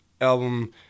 album